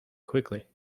quickly